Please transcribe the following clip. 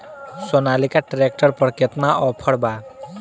Sonalika tractor पर केतना offer बा?